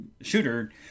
shooter